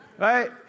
Right